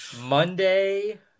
monday